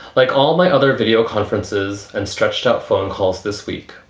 like all my other videoconferences and stretched out phone calls this week,